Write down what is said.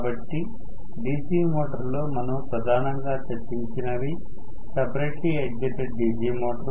కాబట్టి DC మోటారులో మనము ప్రధానంగా చర్చించినవి సపరేట్లీ ఎగ్జైటెడ్ DC మోటారు